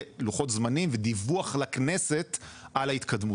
לוחות זמנים ודיווח לכנסת על ההתקדמות.